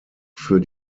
für